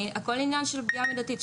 הכול עניין של פגיעה מידתית.